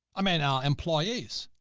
i mean ah employees,